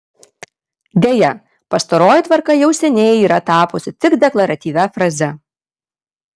deja pastaroji tvarka jau seniai yra tapusi tik deklaratyvia fraze